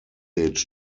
phd